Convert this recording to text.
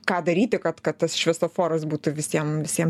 ką daryti kad kad tas šviesoforas būtų visiem visiem